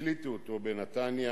הקליטו אותו בנתניה.